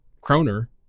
kroner